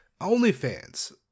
OnlyFans